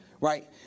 right